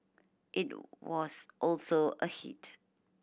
it was also a hit